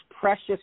precious